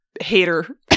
hater